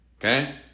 Okay